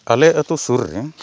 ᱟᱞᱮ ᱟᱛᱳ ᱥᱩᱨ ᱨᱮ